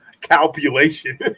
calculation